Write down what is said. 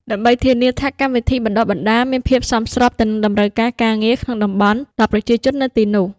ដើម្បីធានាថាកម្មវិធីបណ្តុះបណ្តាលមានភាពសមស្របទៅនឹងតម្រូវការការងារក្នុងតំបន់ដល់ប្រជាជននៅទីនោះ។